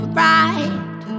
right